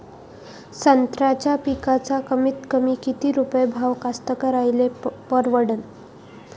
संत्र्याचा पिकाचा कमीतकमी किती रुपये भाव कास्तकाराइले परवडन?